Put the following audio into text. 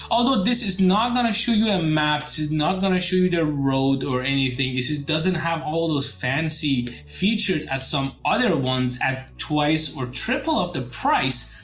although this is not gonna show you a map this is not going to show you the road or anything, it doesn't have all those fancy features as some other ones at twice or triple of the price.